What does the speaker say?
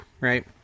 right